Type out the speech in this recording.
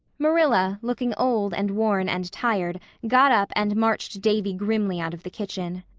marilla, looking old and worn and tired, got up and marched davy grimly out of the kitchen.